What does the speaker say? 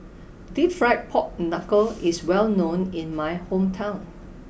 Deep Fried Pork Knuckle is well known in my hometown